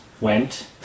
went